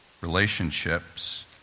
Relationships